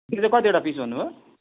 त्यो चाहिँ कतिवटा पिस भन्नुभयो